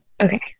Okay